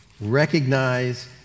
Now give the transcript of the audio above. recognize